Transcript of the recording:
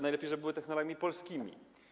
Najlepiej, żeby były one technologiami polskimi.